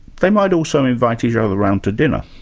they might also invite each other around to dinner?